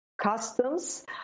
customs